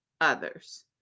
others